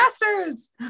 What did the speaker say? bastards